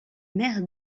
maire